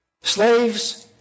Slaves